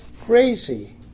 crazy